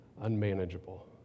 unmanageable